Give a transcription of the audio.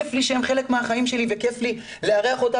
וכיף לי שהם חלק מהחיים שלי וכיף לי לארח אותם